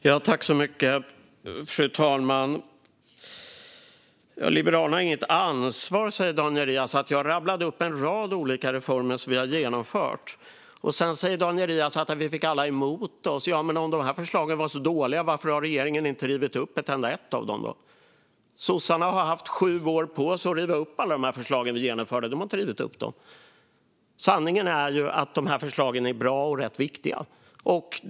Fru talman! Daniel Riazat sa att vi i Liberalerna inte tar något ansvar. Jag rabblade upp en rad olika reformer som vi har genomfört. Sedan sa Daniel Riazat att vi fick alla emot oss. Men varför har regeringen inte rivit upp ett enda av dessa förslag om de var så dåliga? Sossarna har haft sju år på sig att riva upp alla de förslag vi genomförde, men de har inte rivit upp dem. Sanningen är ju att de här förslagen är bra och rätt viktiga.